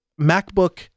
MacBook